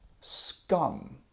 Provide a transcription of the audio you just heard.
scum